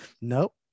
Nope